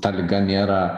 ta liga nėra